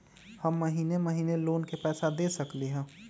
हम महिने महिने लोन के पैसा दे सकली ह?